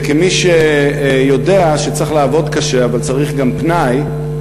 וכמי שיודע שצריך לעבוד קשה אבל צריך גם פנאי,